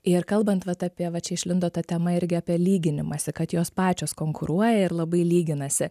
ir kalbant vat apie va čia išlindo ta tema irgi apie lyginimąsi kad jos pačios konkuruoja ir labai lyginasi